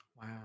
Wow